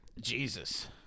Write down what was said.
Jesus